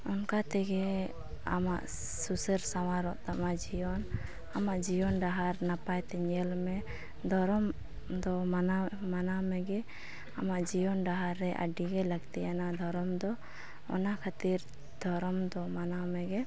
ᱚᱱᱠᱟ ᱛᱮᱜᱮ ᱟᱢᱟᱜ ᱥᱩᱥᱟᱹᱨ ᱥᱟᱶᱨᱚᱜ ᱛᱟᱢᱟ ᱡᱤᱭᱚᱱ ᱟᱢᱟᱜ ᱡᱤᱭᱚᱱ ᱰᱟᱦᱟᱨ ᱱᱟᱯᱟᱭ ᱛᱮ ᱧᱮᱞ ᱢᱮ ᱫᱷᱚᱨᱚᱢ ᱫᱚ ᱢᱟᱱᱟᱣ ᱢᱟᱱᱟᱣ ᱢᱮᱜᱮ ᱟᱢᱟᱜ ᱡᱤᱭᱚᱱ ᱰᱟᱦᱟᱨ ᱨᱮ ᱟᱹᱰᱤ ᱜᱮ ᱞᱟᱹᱠᱛᱤ ᱭᱟᱱᱟ ᱫᱷᱚᱨᱚᱢᱫᱚ ᱚᱱᱟ ᱠᱷᱟᱹᱛᱤᱨ ᱫᱷᱚᱨᱚᱢ ᱫᱚ ᱢᱟᱱᱟᱣ ᱢᱮᱜᱮ